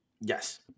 Yes